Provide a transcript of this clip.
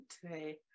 today